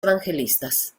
evangelistas